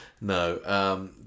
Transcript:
No